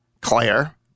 Claire